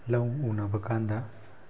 ꯂꯧ ꯎꯅꯕ ꯀꯥꯟꯗ